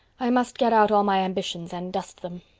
i must get out all my ambitions and dust them.